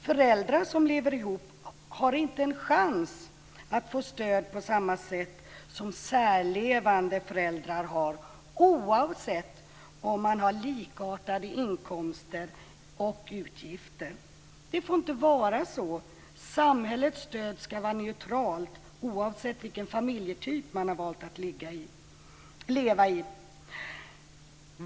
Föräldrar som lever ihop har inte en chans att få stöd på samma sätt som särlevande föräldrar har, oavsett om de har likartade inkomster och utgifter. Det får inte vara så! Samhällets stöd ska vara neutralt, oavsett vilken typ av familj man valt att leva i.